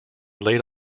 late